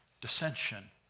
dissension